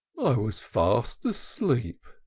i was fast asleep.